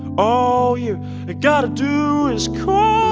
all you got to do is call.